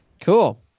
Cool